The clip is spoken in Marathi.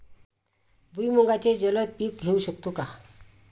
भुईमुगाचे जलद पीक घेऊ शकतो का?